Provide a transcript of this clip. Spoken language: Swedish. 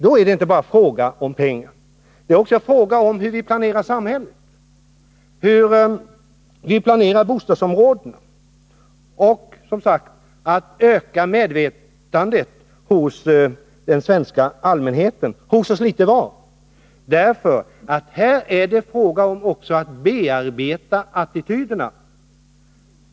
Det är då inte bara fråga om pengar, utan det är också fråga om hur vi planerar samhället, hur vi planerar våra bostadsområdena och det är som sagt fråga om att öka medvetandet hos den svenska allmänheten — hos oss litet var — därför att det här också gäller att bearbeta attityderna.